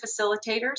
facilitators